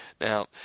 Now